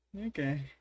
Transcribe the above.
Okay